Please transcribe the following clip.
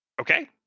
okay